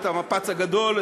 את המפץ הגדול,